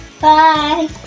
Bye